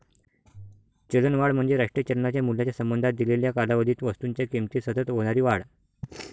चलनवाढ म्हणजे राष्ट्रीय चलनाच्या मूल्याच्या संबंधात दिलेल्या कालावधीत वस्तूंच्या किमतीत सतत होणारी वाढ